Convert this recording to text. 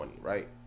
right